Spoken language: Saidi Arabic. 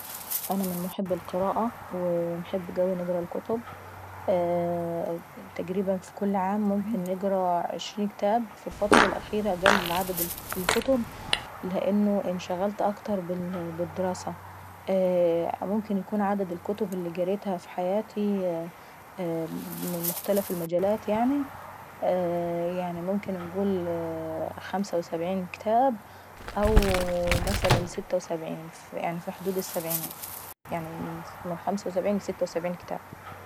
انا من محبي القراة ونحب قوي نقرا الكتب تقريبا ف كل عام ممكن نقرا عشرين كتاب. في الفترة الأخيرة قل عدد الكتب لانه انشغلت اكتر بالدراسة. اييه ممكن نكون عدد الكتب اللي قريتها في حياتي من مختلف المجالات يعني ممكن نقول خمسة وسبعين كتاب او مثلا ستة وسبعين يعني في حدود السبعينات يعني من خمسة وسبعين لستى وسبعين.